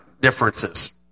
differences